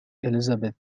elizabeth